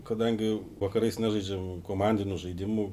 kadangi vakarais nežaidžiam komandinių žaidimų